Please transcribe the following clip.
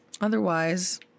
Otherwise